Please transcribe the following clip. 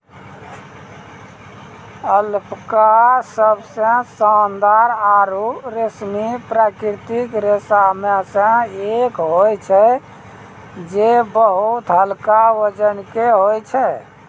alpaca सबसें शानदार आरु रेशमी प्राकृतिक रेशा म सें एक होय छै जे बहुत हल्का वजन के होय छै